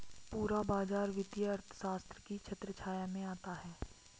पूरा बाजार वित्तीय अर्थशास्त्र की छत्रछाया में आता है